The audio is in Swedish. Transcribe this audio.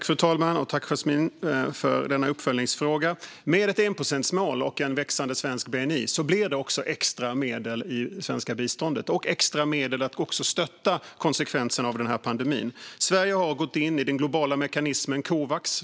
Fru talman! Tack för denna uppföljningsfråga! Med ett enprocentsmål och en växande svensk bni blir det också extra medel i det svenska biståndet liksom extra medel till att stötta dem som drabbas av konsekvenserna av pandemin. Sverige har gått in i den globala mekanismen Covax.